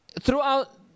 Throughout